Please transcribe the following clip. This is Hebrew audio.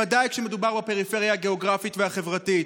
ודאי כשמדובר בפריפריה הגיאוגרפית והחברתית.